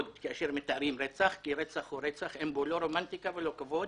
כאשר מתארים רצח כי רצח הוא רצח ואין בו לא רומנטיקה ולא כבוד